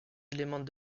éléments